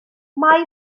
mae